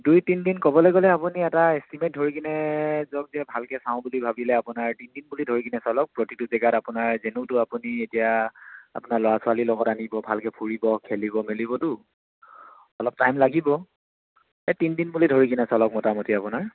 দুই তিনদিন ক'বলৈ গ'লে আপুনি এটা এষ্টিমেট ধৰি কিনে যাওকগৈ ভালদৰে চাওঁ বুলি ভাবিলে আপোনাৰ তিনিদিন বুলি ধৰি কিনে চলক প্ৰতিটো জেগাত আপোনাৰ যেনেওতো আপুনি এতিয়া আপোনাৰ ল'ৰা ছোৱালীৰ লগত আহিব ভালকৈ ফুৰিব খেলিব মেলিবতো অলপ টাইম লাগিব এই তিনিদিন বুলি ধৰি কিনে চলক মোটামুটি আপোনাৰ